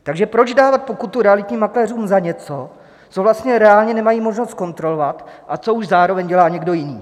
Takže proč dávat pokutu realitním makléřům za něco, co vlastně reálně nemají možnost zkontrolovat, a co už zároveň dělá někdo jiný?